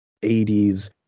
80s